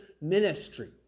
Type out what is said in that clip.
ministry